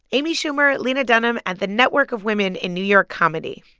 amy schumer, lena dunham and the network of women in new york comedy